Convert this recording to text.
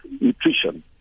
nutrition